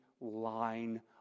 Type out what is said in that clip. line